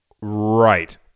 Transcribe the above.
Right